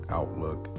outlook